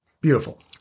Beautiful